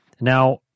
Now